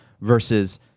versus